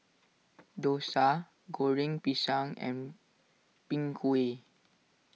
Dosa Goreng Pisang and Png Kueh